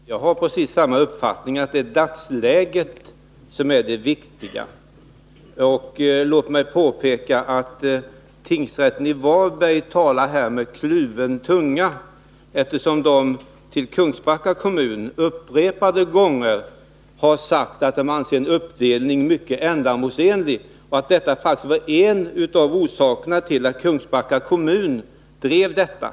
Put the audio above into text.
Herr talman! Jag har precis samma uppfattning, nämligen att det är dagsläget som är det viktiga. Låt mig påpeka att tingsrätten i Varberg talar med kluven tunga, eftersom den till Kungsbacka kommun upprepade gånger har sagt att en uppdelning är mycket ändamålsenlig. Detta är en av orsakerna till att Kungsbacka kommun drev den här saken.